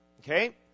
Okay